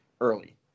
early